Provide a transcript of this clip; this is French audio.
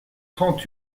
trente